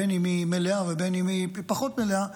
בין שהיא מלאה ובין שהיא פחות מלאה,